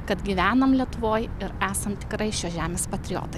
kad gyvenam lietuvoj ir esam tikrai šios žemės patriotai